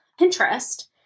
Pinterest